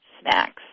snacks